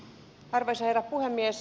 arvoisa herra puhemies